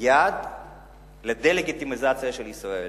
יד לדה-לגיטימיזציה של ישראל.